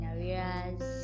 Areas